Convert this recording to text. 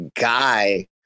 guy